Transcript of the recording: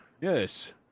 yes